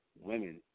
women